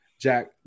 Jack